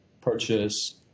purchase